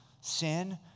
sin